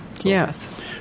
Yes